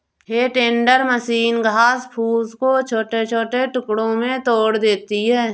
हे टेंडर मशीन घास फूस को छोटे छोटे टुकड़ों में तोड़ देती है